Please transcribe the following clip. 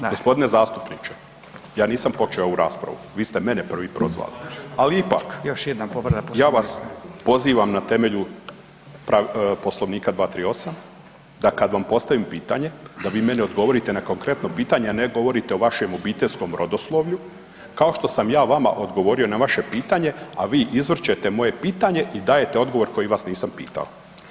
Da, gospodine zastupniče ja nisam počeo ovu raspravu, vi ste mene prvi prozvali, ali ipak ja vas pozivam na temelju Poslovnika 238., da kad vam postavim pitanje da vi meni odgovorite na konkretno pitanje, a ne govorite o vašem obiteljskom rodoslovlju kao što sam ja vama odgovorio na vaše pitanje, a vi izvrćete moje pitanje i dajete odgovor koji vas nisam pitao.